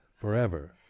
forever